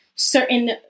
certain